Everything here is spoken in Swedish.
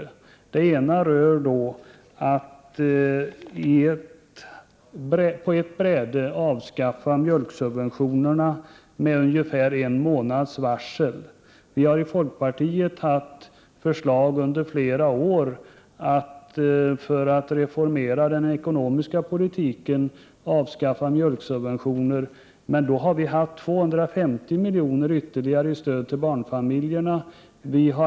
På ett enda bräde skulle nämligen mjölksubventionerna ha avskaffats, och detta med ungefär en månads varsel. Vi i folkpartiet har under flera år upprepat vårt förslag i detta avseende: för att reformera den ekonomiska politiken bör mjölksubventionerna avskaffas. Men då har vi reserverat 250 miljoner ytterligare att användas till stöd till barnfamiljerna.